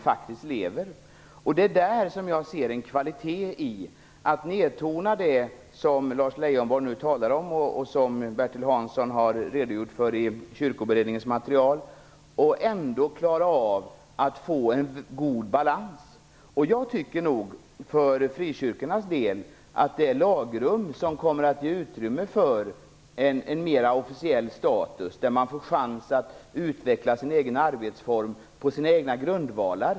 Det är där som jag ser en kvalitet i att nedtona det som Lars Leijonborg nu talar om och som Bertil Hansson har redogjort för i Kyrkoberedningens material och ändå försöka att åstadkomma en god balans. För frikyrkornas del kommer detta lagrum att ge utrymme för en mera officiell status där de får chans att utveckla sina egna arbetsformer utifrån sina egna grundvalar.